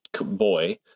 boy